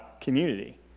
community